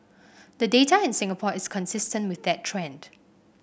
the data in Singapore is consistent with that trend